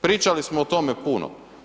Pričali smo o tome puno.